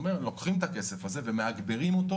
לוקח את הכסף ומגדילים.